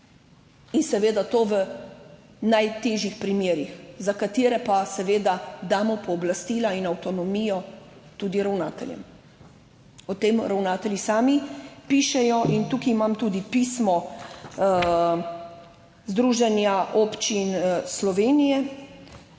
In seveda to v najtežjih primerih, za katere pa seveda damo pooblastila in avtonomijo tudi ravnateljem. O tem ravnatelji sami pišejo in tukaj imam tudi pismo Združenja občin Slovenije,